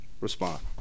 Respond